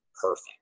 perfect